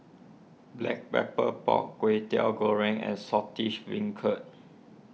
Black Pepper Pork Kwetiau Goreng and Saltish Beancurd